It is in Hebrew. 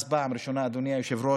אז הייתה הפעם הראשונה, אדוני היושב-ראש,